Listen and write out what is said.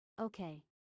Okay